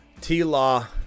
T-Law